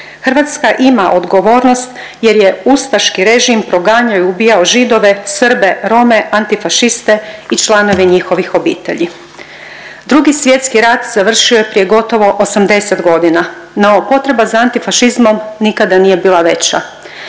Hrvatska ima odgovornost jer je ustaški režim proganjao i ubijao Židove, Srbe, Rome, antifašiste i članove njihovih obitelji. Drugi svjetski rat završio je prije gotovo 80 godina, no potreba za antifašizmom nikada nije bila veća.